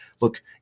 look